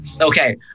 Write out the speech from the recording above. Okay